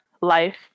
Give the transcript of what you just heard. life